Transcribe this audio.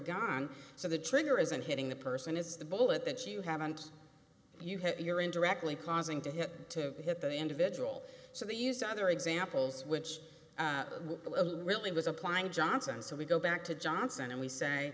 gun so the trigger isn't hitting the person it's the bullet that you haven't you hit your in directly causing to hit to hit the individual so they use other examples which really was applying johnson so we go back to johnson and we say